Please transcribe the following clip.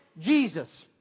Jesus